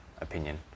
opinion